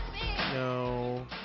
No